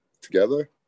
together